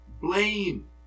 blame